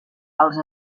als